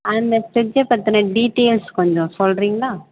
அந்த ஃப்ரிட்ஜை பற்றின டீடியல்ஸ் கொஞ்சம் சொல்கிறீங்களா